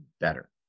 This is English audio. better